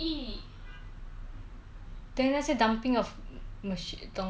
machine 东东西可能我头脑没有这样这样的像 smart 我不可以 imagine sorry